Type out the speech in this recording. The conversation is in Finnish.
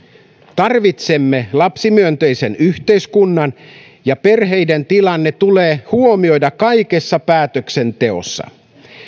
tarvitsemme lapsimyönteisen yhteiskunnan ja perheiden tilanne tulee huomioida kaikessa päätöksenteossa